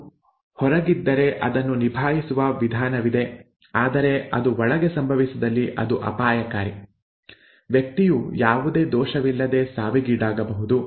ಅದು ಹೊರಗಿದ್ದರೆ ಅದನ್ನು ನಿಭಾಯಿಸುವ ವಿಧಾನವಿದೆ ಆದರೆ ಅದು ಒಳಗೆ ಸಂಭವಿಸಿದಲ್ಲಿ ಅದು ಅಪಾಯಕಾರಿ ವ್ಯಕ್ತಿಯು ಯಾವುದೇ ದೋಷವಿಲ್ಲದೆ ಸಾವಿಗೀಡಾಗಬಹುದು